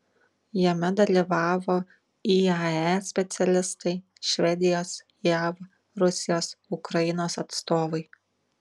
jame dalyvavo iae specialistai švedijos jav rusijos ukrainos atstovai